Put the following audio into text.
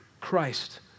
Christ